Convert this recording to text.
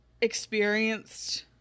experienced